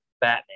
Batman